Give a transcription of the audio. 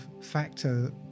factor